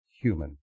human